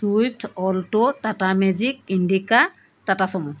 Swift Alto Tata Magic Indica Tata Sumo